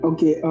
Okay